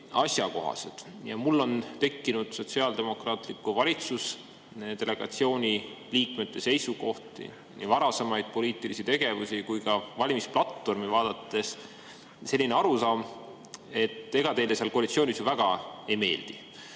ja mul on tekkinud sotsiaaldemokraatliku valitsusdelegatsiooni liikmete seisukohti, varasemat poliitilist tegevust ja valimisplatvormi vaadates selline arusaam, et ega teile seal koalitsioonis väga ei meeldi.